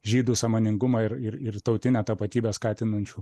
žydų sąmoningumą ir ir tautinę tapatybę skatinančių